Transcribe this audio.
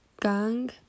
gang